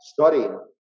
studying